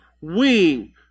wing